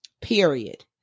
period